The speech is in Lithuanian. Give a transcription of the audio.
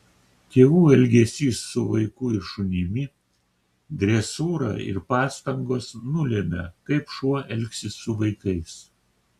tėvų elgesys su vaiku ir šunimi dresūra ir pastangos nulemia kaip šuo elgsis su vaikais